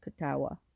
Katawa